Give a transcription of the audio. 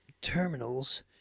terminals